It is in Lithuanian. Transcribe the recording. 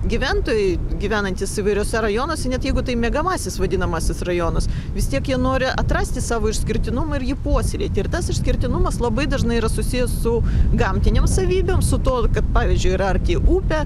gyventojai gyvenantys įvairiuose rajonuose net jeigu tai miegamasis vadinamasis rajonas vis tiek jie nori atrasti savo išskirtinumą ir jį puoselėti ir tas išskirtinumas labai dažnai yra susijęs su gamtinėm savybėm su tuo kad pavyzdžiui yra arti upė